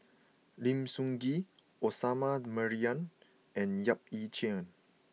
Lim Sun Gee Osman Merican and Yap Ee Chian